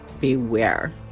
beware